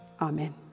amen